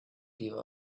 give